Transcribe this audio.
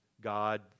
God